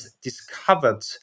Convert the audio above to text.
discovered